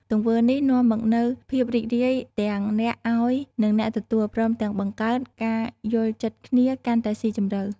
ទង្វើនេះនាំមកនូវ ភាពរីករាយ ទាំងអ្នកឱ្យ និងអ្នកទទួល ព្រមទាំងបង្កើត ការយល់ចិត្តគ្នា កាន់តែស៊ីជម្រៅ។